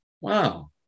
wow